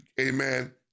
amen